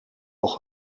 nog